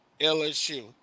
LSU